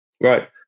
Right